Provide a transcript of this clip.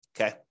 Okay